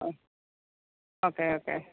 ആ okay okay